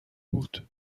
بود